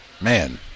man